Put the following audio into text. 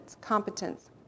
competence